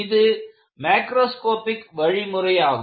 இது மாக்ரோஸ்காபிக் வழிமுறையாகும்